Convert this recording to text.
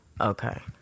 Okay